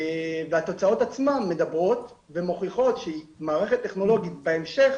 והתוצאות עצמן מדברות ומוכיחות שמערכת טכנולוגית בהמשך